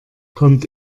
kommt